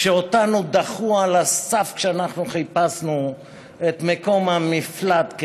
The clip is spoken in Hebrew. כשאותנו דחו על הסף כשחיפשנו את מקום המפלט,